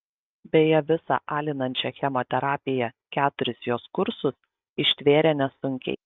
beje visą alinančią chemoterapiją keturis jos kursus ištvėrė nesunkiai